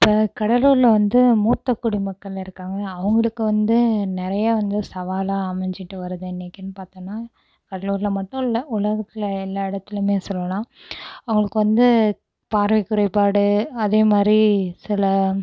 இப்போ கடலூரில் வந்து மூத்த குடிமக்கள் இருக்காங்க அவங்களுக்கு வந்து நிறையா வந்து சவாலாக அமைஞ்சிட்டு வரது இன்னைக்குனு பார்த்தோன்னா கடலூரில் மட்டு இல்லை உலகத்தில் எல்லா இடத்துலையுமே சொல்லலாம் அவங்களுக்கு வந்து பார்வை குறைபாடு அதே மாதிரி சில